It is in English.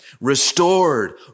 restored